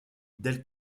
del